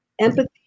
Empathy